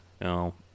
No